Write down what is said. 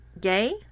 gay